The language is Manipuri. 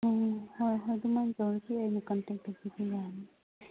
ꯎꯝ ꯍꯣꯏ ꯍꯣꯏ ꯑꯗꯨꯃꯥꯏꯅ ꯇꯧꯔꯁꯤ ꯑꯩꯅ ꯀꯟꯇꯦꯛ ꯇꯧꯕꯤꯕ ꯌꯥꯏ